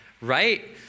right